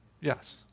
Yes